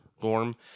Gorm